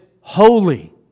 holy